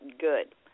good